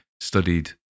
studied